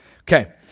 Okay